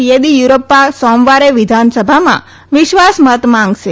યેદીયુરપ્પા સોમવારે વિધાનસભામાં વિશ્વાસમત માંગશે